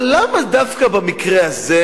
אבל למה דווקא במקרה הזה,